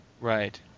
right